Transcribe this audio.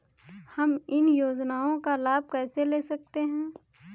हम इन योजनाओं का लाभ कैसे ले सकते हैं?